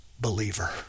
believer